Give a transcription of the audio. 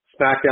SmackDown